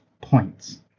points